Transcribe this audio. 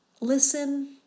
listen